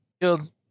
killed